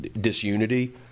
disunity